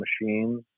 machines